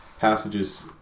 passages